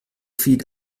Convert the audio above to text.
feed